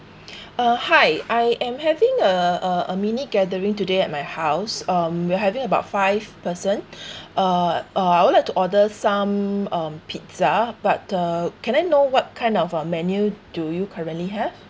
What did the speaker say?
uh hi I am having a a a mini gathering today at my house um we're having about five person uh uh I would like to order some um pizza but uh can I know what kind of uh menu do you currently have